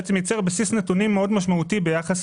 המחקר ייצר בסיס נתונים מאוד משמעותי ביחס